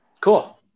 Cool